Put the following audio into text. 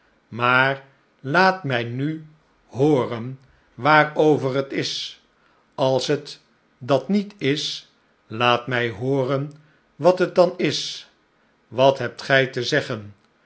maar laat mij nu hooren waarover het is als het dat niet is laat mij hooren wat het dan is wat hebt gij te zeggen